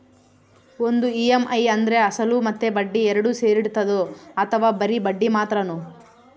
ಒಂದು ಇ.ಎಮ್.ಐ ಅಂದ್ರೆ ಅಸಲು ಮತ್ತೆ ಬಡ್ಡಿ ಎರಡು ಸೇರಿರ್ತದೋ ಅಥವಾ ಬರಿ ಬಡ್ಡಿ ಮಾತ್ರನೋ?